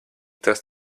test